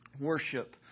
worship